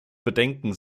bedenken